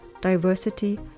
diversity